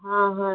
हां हां